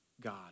God